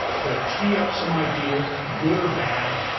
to tee up some ideas, good or bad,